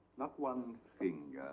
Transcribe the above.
not one finger?